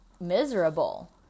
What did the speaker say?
miserable